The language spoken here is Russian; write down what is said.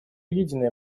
единая